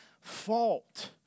fault